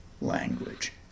language